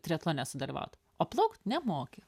triatlone sudalyvaut o plaukt nemoki